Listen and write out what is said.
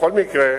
בכל מקרה,